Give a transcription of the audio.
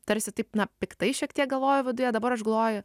tarsi taip na piktai šiek tiek galvoja viduje dabar aš galvoju